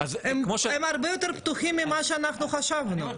הם הרבה יותר פתוחים ממה שאנחנו חשבנו.